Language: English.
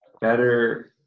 better